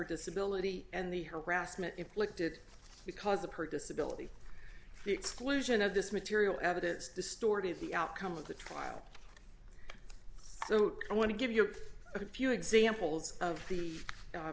disability and the harassment inflicted because the purge disability exclusion of this material evidence distorted the outcome of the trial so i want to give you a few examples of the